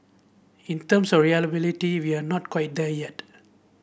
in terms of reliability we are not quite there yet